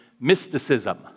mysticism